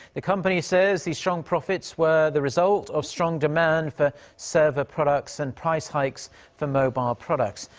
the company says the strong profits were the result of strong demand for server products and price hikes for mobile products.